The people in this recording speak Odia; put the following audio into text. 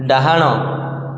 ଡାହାଣ